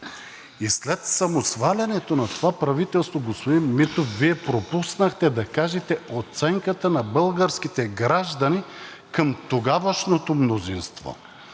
и след самосвалянето на това правителство Вие пропуснахте да кажете оценката на българските граждани към тогавашното мнозинство,